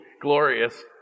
glorious